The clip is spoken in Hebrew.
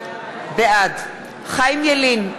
בעד חיים ילין,